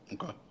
Okay